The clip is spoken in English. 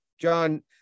John